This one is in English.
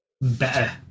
better